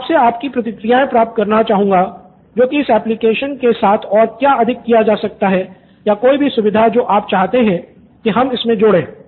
मैं आपसे आपकी प्रतिक्रियाएँ प्राप्त करना चाहूँगा जो कि इस एप्लिकेशन के साथ और क्या अधिक किया जा सकता है या कोई भी सुविधा जो आप चाहते हैं कि हम इसमे जोड़ें